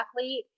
athlete